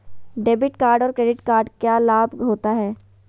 Debit card और credit card क्या लाभ होता है?